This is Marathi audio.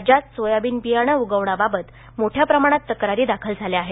राज्यात सोयाबीन बियाणे उगवणाबाबत मोठ्या प्रमाणात तक्रारी दाखल झाल्या आहेत